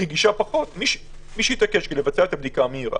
מי שיתעקש לבצע את הבדיקה המהירה,